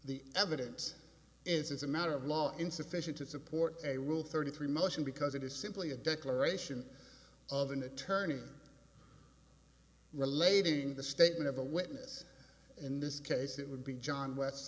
the evidence is as a matter of law insufficient to support a rule thirty three motion because it is simply a declaration of an attorney relating the statement of a witness in this case it would be john west